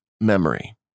memory